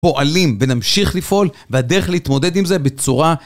פועלים ונמשיך לפעול, והדרך להתמודד עם זה בצורה...